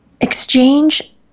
exchange